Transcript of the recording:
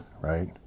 right